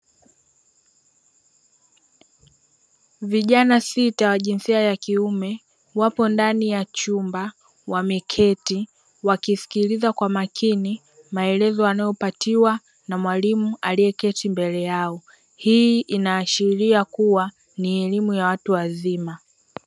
Vijana sita wa jinsia ya kiume wapo ndani ya chumba wameketi wakisikiliza kwa makini maelezo wanayopatiwa na mwalimu aliyeketi mbele yao hii inaashiria kuwa ni elimu ya watu wazima.